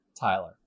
Tyler